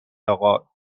آقا